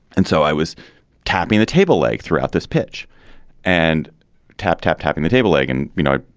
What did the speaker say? and so i was tapping the table leg throughout this pitch and tap tap, tapping the table, leg and, you know,